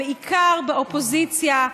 בעיקר באופוזיציה,